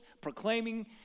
proclaiming